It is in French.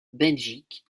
belgique